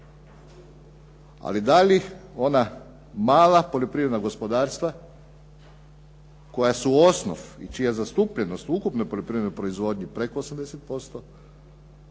Ali da li ona mala poljoprivredna gospodarstva koja su osnov i čija zastupljenost ukupne poljoprivredne proizvodnje preko 80%,